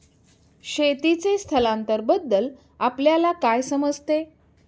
शेतीचे स्थलांतरबद्दल आपल्याला काय समजते?